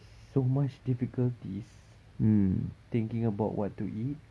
so much difficulties thinking about what to eat